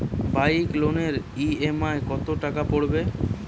Bike লোনের EMI কত টাকা পড়বে?